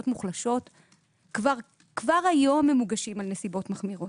מוחלשות כבר היום הם מוגשים על נסיבות מחמירות.